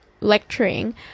lecturing